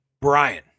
Brian